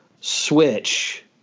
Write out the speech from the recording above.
Switch